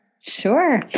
Sure